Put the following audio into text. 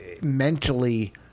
mentally